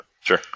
Sure